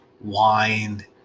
wine